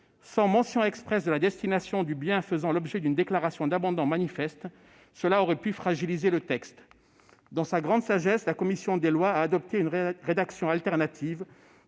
de mention expresse de la destination du bien faisant l'objet d'une déclaration d'abandon manifeste aurait donc pu fragiliser le texte. Dans sa grande sagesse, la commission des lois a adopté une rédaction alternative,